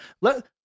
let